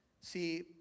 See